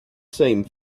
same